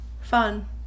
Fun